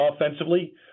offensively